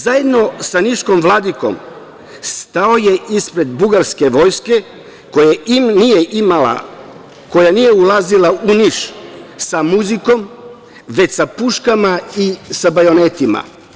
Zajedno sa niškim vladikom stao je ispred bugarske vojske koja nije ulazila u Niš sa muzikom, već sa puškama i sa bajonetima.